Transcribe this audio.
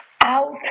out